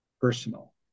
personal